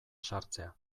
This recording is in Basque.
sartzea